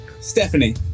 Stephanie